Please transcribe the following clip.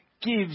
gives